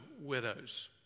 widows